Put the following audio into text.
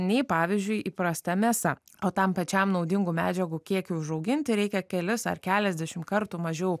nei pavyzdžiui įprasta mėsa o tam pačiam naudingų medžiagų kiekiui užauginti reikia kelis ar keliasdešimt kartų mažiau